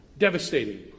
Devastating